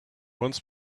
wants